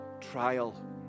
trial